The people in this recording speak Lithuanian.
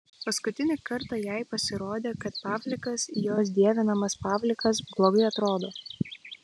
paskutinį kartą jai pasirodė kad pavlikas jos dievinamas pavlikas blogai atrodo